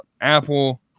Apple